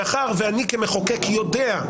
מאחר שאני כמחוקק יודע,